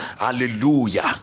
hallelujah